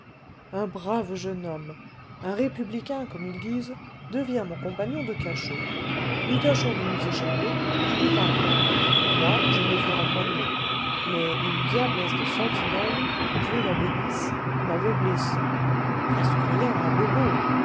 un brave jeune homme un républicain comme ils disent devient mon compagnon de cachot nous tâchons de nous échapper il y parvient moi je me fais rempoigner mais une diablesse de sentinelle dieu la bénisse m'avait blessé presque rien un bobo